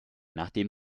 nachdem